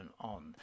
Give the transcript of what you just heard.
on